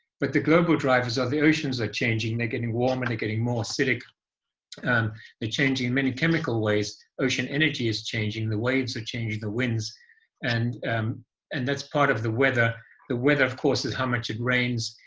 but the global drivers of the oceans are changing. they're getting warm and they're getting more acidic and they're changing in many chemical ways. ocean energy is changing the waves are changing the winds and um and that's part of the weather the weather of course is how much it rains.